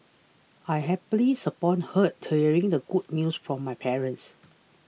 I happiness upon heart hearing the good news from my parents